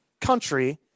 country